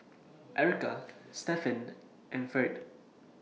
Erika Stefan and Ferd